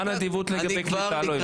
מה הנדיבות לגבי קליטה לא הבנתי.